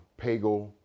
Pagel